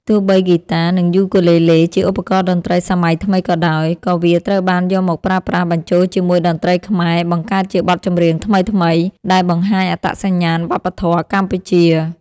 ទោះបីហ្គីតា និងយូគូលេលេជាឧបករណ៍តន្ត្រីសម័យថ្មីក៏ដោយ ក៏វាត្រូវបានយកមកប្រើប្រាស់បញ្ចូលជាមួយតន្ត្រីខ្មែរ បង្កើតជាបទចម្រៀងថ្មីៗ ដែលបង្ហាញអត្តសញ្ញាណវប្បធម៌កម្ពុជា។